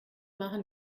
machen